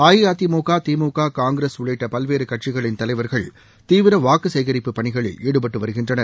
அஇஅதிமுக திமுக காங்கிரஸ் உள்ளிட்ட பல்வேறு கட்சிகளின் தலைவர்கள் தீவிர வாக்கு சேகிப்பு பணிகளில் ஈடுபட்டு வருகின்றனர்